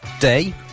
Day